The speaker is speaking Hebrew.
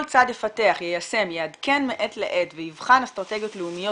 כל צד יפתח יישם ייעדכן מעת לעת ויבחן אסטרטגיות לאומיות